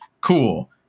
Cool